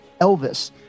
Elvis